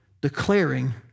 declaring